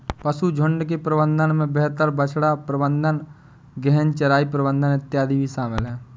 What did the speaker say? पशुझुण्ड के प्रबंधन में बेहतर बछड़ा प्रबंधन, गहन चराई प्रबंधन इत्यादि भी शामिल है